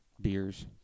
beers